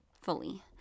fully